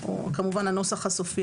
בסדר גמור.